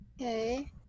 Okay